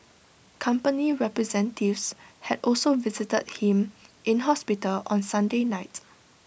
company representatives had also visited him in hospital on Sunday night